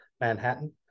Manhattan